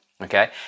Okay